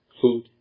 food